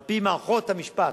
על-פי מערכות המשפט,